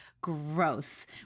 gross